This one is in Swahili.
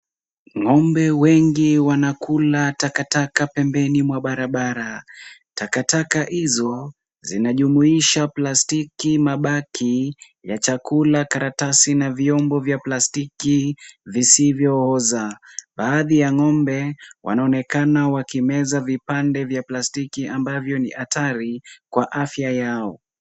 Ng'ombe wengi wanakula takataka pembeni mwa barabara , takataka hizo zinajuimisha plastiki ,mabaki ya chakula karatasi na vyombo vya plastiki visivyooza , baadhi ya ng'ombe wanaonekana wakimeza vipande vya plastki ambavyo ni hatari kwa afya yao .